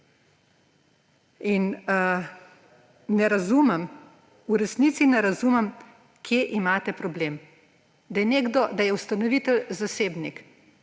In ne razumem, v resnici ne razumem, kje imate problem, da je ustanovitelj zasebnik.